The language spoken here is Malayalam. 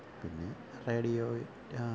പിന്നെ റേഡിയോ